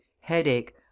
headache